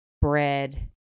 bread